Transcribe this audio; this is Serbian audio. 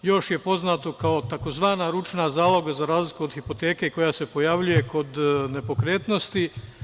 Još je poznato kao tzv. ručna zaloga, za razliku od hipoteke koja se pojavljuje kod nepokretnosti.